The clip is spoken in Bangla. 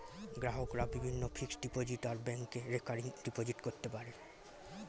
গ্রাহকরা বিভিন্ন ফিক্সড ডিপোজিট আর ব্যাংকে রেকারিং ডিপোজিট করতে পারে